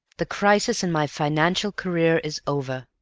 the crisis in my financial career is over.